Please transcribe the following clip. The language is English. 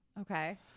okay